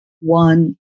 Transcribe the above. one